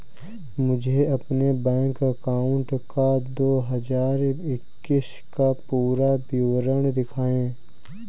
मुझे अपने bank account का दो हज़ार इक्कीस का पूरा विवरण दिखाएँ?